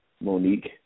Monique